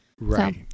right